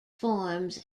forms